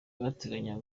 barateganya